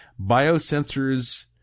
biosensors